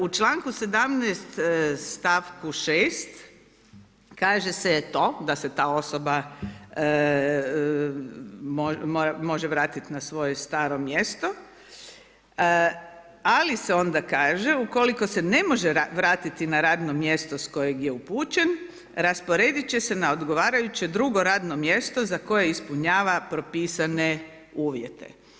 U članku 17. stavku 6. kaže se to da se ta osoba može vratiti na svoje staro mjesto ali se onda kaže ukoliko se ne može vratiti na radno mjesto s kojeg je upućen rasporediti će se na odgovarajuće drugo radno mjesto za koje ispunjava propisane uvjete.